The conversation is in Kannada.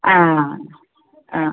ಹಾಂ ಹಾಂ